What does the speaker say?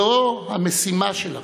זו המשימה שלכם,